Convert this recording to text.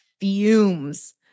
fumes